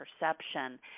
perception